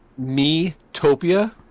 me-topia